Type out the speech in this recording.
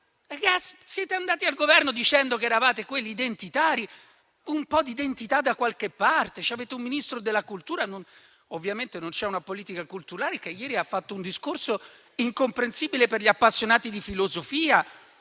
Ma siete andati al Governo dicendo che eravate quelli identitari. Occorre un po' di identità da qualche parte. Avete un Ministro della cultura - ovviamente non c'è una politica culturale - che ieri ha fatto un discorso incomprensibile per gli appassionati di filosofia;